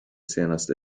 senaste